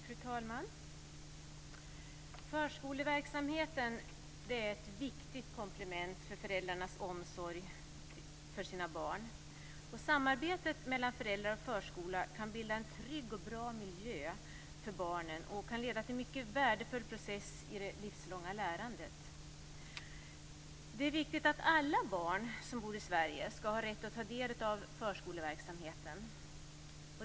Fru talman! Förskoleverksamheten är ett viktigt komplement till föräldrarnas omsorg för sina barn. Samarbetet mellan föräldrar och förskolan kan bilda en trygg och bra miljö för barnen och leda till en mycket värdefull process i det livslånga lärandet. Det är viktigt att alla barn som bor i Sverige har rätt att ta del av förskoleverksamheten.